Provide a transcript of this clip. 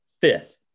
fifth